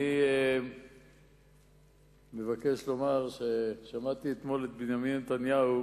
אני מבקש לומר ששמעתי אתמול את בנימין נתניהו